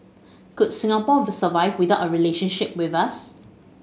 could Singapore survive without a relationship with us